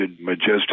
Majestic